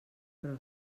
però